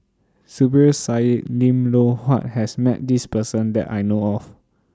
Zubir Said Lim Loh Huat has Met This Person that I know of